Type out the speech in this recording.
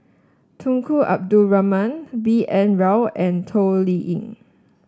Tunku Abdul Rahman B N Rao and Toh Liying